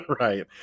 right